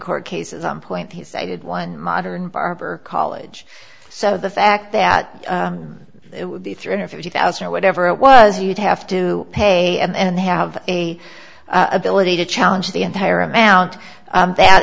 court cases on point he cited one modern barber college so the fact that it would be three hundred fifty thousand or whatever it was you'd have to pay and they have a ability to challenge the entire amount and that